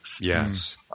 Yes